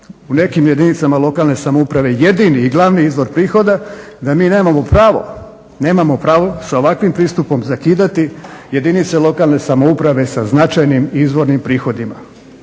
u nekim jedinicama lokalne samouprave jedini i glavni izvor prihoda, da mi nemamo pravo, nemamo pravo s ovakvim pristupom zakidati jedinice lokalne samouprave sa značajnim izvornim prihodima.